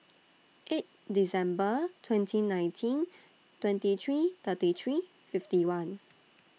eight December twenty nineteen twenty three thirty three fifty one